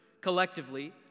collectively